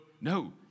No